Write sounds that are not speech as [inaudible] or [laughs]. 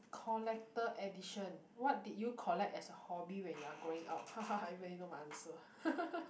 collector addiction what did you collect as a hobby when you are growing up [laughs] everybody know my answer [laughs]